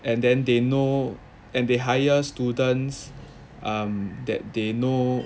and then they know and they hire students um that they know